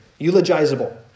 eulogizable